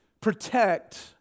Protect